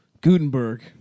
Gutenberg